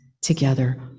together